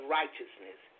righteousness